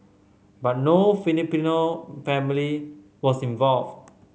but no Filipino family was involved